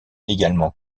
également